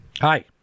Hi